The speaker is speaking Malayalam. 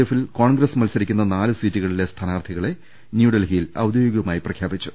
എ ഫിൽ കോൺഗ്രസ് മത്സരിക്കുന്ന നാല് സീറ്റുകളിലെ സ്ഥാനാർത്ഥികളെ ന്യൂഡൽഹിയിൽ ഔദ്യോഗികമായി പ്രഖ്യാപിച്ചു